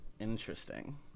Interesting